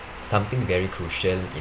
something very crucial in